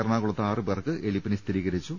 എറണാകുളത്ത് ആറുപേർക്ക് എലിപ്പനി സ്ഥിരീകരിച്ചു